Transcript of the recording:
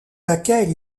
laquelle